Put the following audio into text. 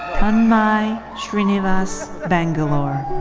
tanmay srinivas bangalore.